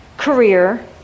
career